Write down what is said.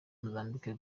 mozambique